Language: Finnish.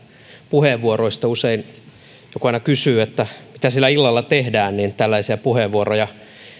puheenvuoroista joku aina kysyy että mitä siellä illalla tehdään tällaisia puheenvuoroja